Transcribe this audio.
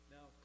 Now